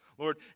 Lord